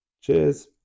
Cheers